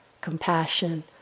compassion